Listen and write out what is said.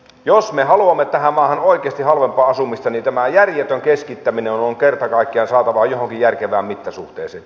jos me haluamme tähän maahan oikeasti halvempaa asumista niin tämä järjetön keskittäminen on kerta kaikkiaan saatava johonkin järkevään mittasuhteeseen